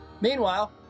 Meanwhile